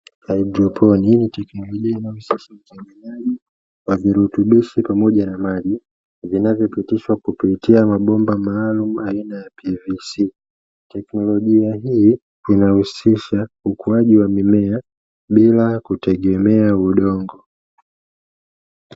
Haidroponi, hii ni teknolojia inayihusisha uchanganyaji wa virutubisho pamoja na maji vinavyopitishwa kupitia mabomba maalumu aina ya PVC. Teknolojia hii inahusisha ukuaji wa mimea bila kutegemea udongo.